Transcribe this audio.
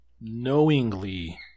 knowingly